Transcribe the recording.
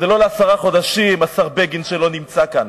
זה לא לעשרה חודשים, השר בגין, שלא נמצא כאן,